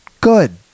Good